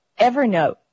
Evernote